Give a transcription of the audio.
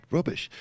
Rubbish